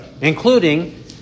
including